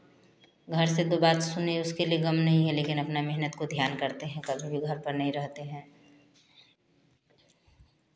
घर से दो बात सुने उसके लिए गम नहीं है लेकिन अपने मेहनत को ध्यान करते हैं कभी भी घर पर नहीं रहते हैं